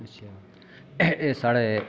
अच्छा एह् साढ़े